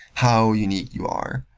how unique you are.